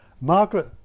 Margaret